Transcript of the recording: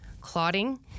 clotting